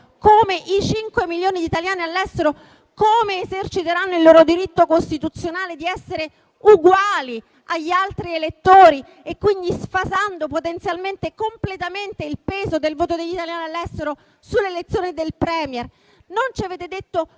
come i 5 milioni di italiani all'estero eserciteranno il loro diritto costituzionale di essere uguali agli altri elettori, sfasando potenzialmente e completamente il peso del voto sull'elezione del *Premier*. Non ci avete detto